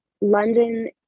London